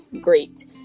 great